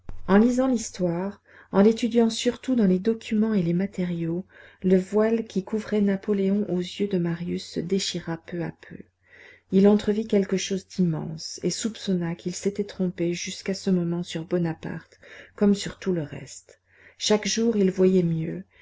en lisant l'histoire en l'étudiant surtout dans les documents et les matériaux le voile qui couvrait napoléon aux yeux de marius se déchira peu à peu il entrevit quelque chose d'immense et soupçonna qu'il s'était trompé jusqu'à ce moment sur bonaparte comme sur tout le reste chaque jour il voyait mieux